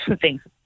Thanks